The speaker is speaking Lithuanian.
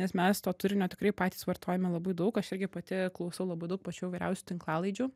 nes mes to turinio tikrai patys vartojame labai daug aš irgi pati klausau labai daug pačių įvairiausių tinklalaidžių